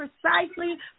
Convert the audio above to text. precisely